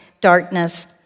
darkness